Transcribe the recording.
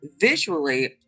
visually